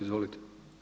Izvolite.